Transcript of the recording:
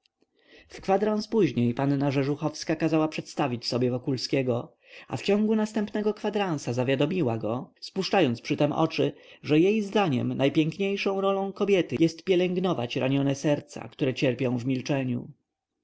w kwadrans później panna rzeżuchowska kazała przedstawić sobie wokulskiego a w ciągu następnego kwadransa zawiadomiła go spuszczając przy tem oczy że jej zdaniem najpiękniejszą rolą kobiety jest pielęgnować ranione serca które cierpią w milczeniu